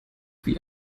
wie